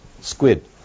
Squid